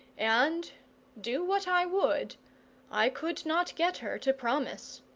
and do what i would i could not get her to promise.